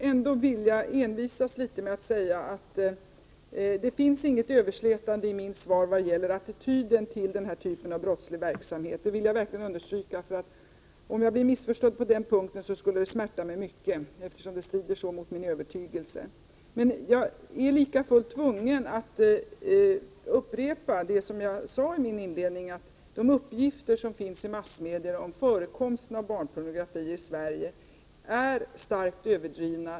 Herr talman! Jag vill envisas litet med att säga att det inte finns något överslätande i mitt svar såvitt gäller attityden till den här typen av brottslighet. Det vill jag verkligen understryka. Om jag blir missförstådd på den punkten skulle det smärta mig mycket, eftersom detta strider så starkt mot min övertygelse. Jag är lika fullt tvungen att upprepa vad jag sade i min inledning att de uppgifter som förekommer i massmedier om förekomsten av barnpornografi i Sverige är starkt överdrivna.